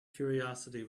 curiosity